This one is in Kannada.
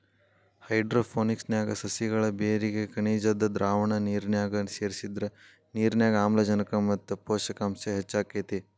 ಹೈಡ್ರೋಪೋನಿಕ್ಸ್ ನ್ಯಾಗ ಸಸಿಗಳ ಬೇರಿಗೆ ಖನಿಜದ್ದ ದ್ರಾವಣ ನಿರ್ನ್ಯಾಗ ಸೇರ್ಸಿದ್ರ ನಿರ್ನ್ಯಾಗ ಆಮ್ಲಜನಕ ಮತ್ತ ಪೋಷಕಾಂಶ ಹೆಚ್ಚಾಕೇತಿ